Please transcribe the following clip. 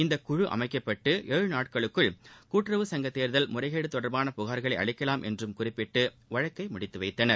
இந்தக் குழு அமைக்கப்பட்டு ஏழு நாட்களுக்குள் கூட்டுறவு தேர்தல் முறைகேடு தொடர்பான புகார்களை அளிக்கலாம் என்றும் குறிப்பிட்டு வழக்கை முடித்து வைத்தனர்